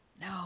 no